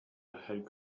had